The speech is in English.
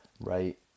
right